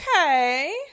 okay